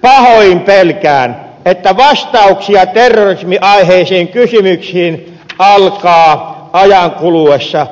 pahoin pelkään että vastauksia terrorismiaiheisiin kysymyksiin alkaa ajan kuluessa